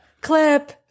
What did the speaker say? Clip